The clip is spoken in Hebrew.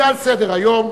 על סדר-היום,